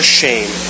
shame